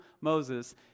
Moses